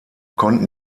konnten